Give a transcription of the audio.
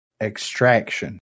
Extraction